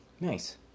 nice